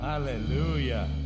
Hallelujah